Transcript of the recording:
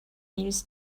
meals